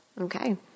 Okay